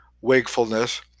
wakefulness